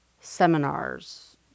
seminars